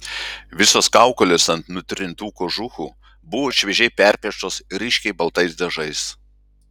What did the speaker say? visos kaukolės ant nutrintų kožuchų buvo šviežiai perpieštos ryškiai baltais dažais